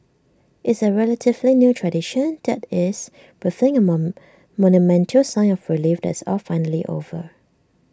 it's A relatively new tradition that is breathing A mom monumental sigh of relief that's all finally over